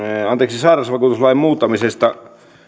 sairausvakuutuslain muuttamisesta